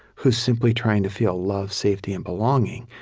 who's simply trying to feel love, safety, and belonging.